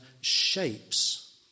shapes